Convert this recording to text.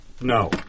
No